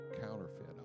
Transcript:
counterfeit